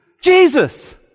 Jesus